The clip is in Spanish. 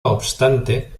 obstante